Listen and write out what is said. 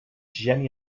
geni